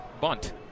bunt